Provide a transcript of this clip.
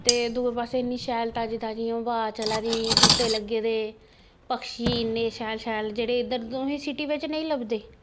ते दूए पास्सै इन्नी शैल ताजी ताजी हवा चला दी बूह्टे लग्गे दे पक्षी इन्ने शैल शैल जेह्ड़े इद्धर तुसें सिटी बिच्च नेईं लभदे